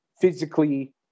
physically